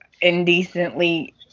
indecently